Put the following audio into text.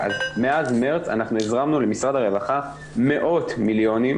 מאז מרס אנחנו הזרמנו למשרד הרווחה מאות מיליונים,